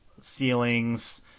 ceilings